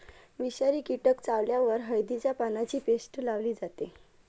विषारी कीटक चावल्यावर हळदीच्या पानांची पेस्ट लावली जाते